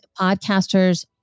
podcasters